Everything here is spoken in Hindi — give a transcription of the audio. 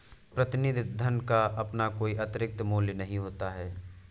प्रतिनिधि धन का अपना कोई आतंरिक मूल्य नहीं होता है